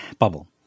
Bubble